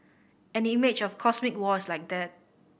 an image of cosmic war is like that